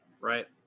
Right